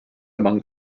among